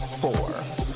four